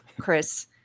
Chris